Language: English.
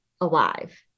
alive